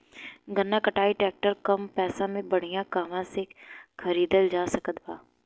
गन्ना कटाई ट्रैक्टर कम पैसे में बढ़िया कहवा से खरिदल जा सकत बा?